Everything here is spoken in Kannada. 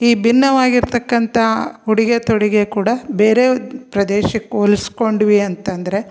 ಈ ಭಿನ್ನವಾಗಿರ್ತಕ್ಕಂಥ ಉಡುಗೆ ತೊಡುಗೆ ಕೂಡ ಬೇರೆ ಪ್ರದೇಶಕ್ಕೆ ಹೋಲ್ಸ್ಕೊಂಡ್ವಿ ಅಂತ ಅಂದ್ರೆ